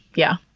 yeah.